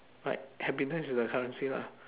right happiness is the currency !huh!